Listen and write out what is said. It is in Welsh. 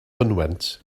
fynwent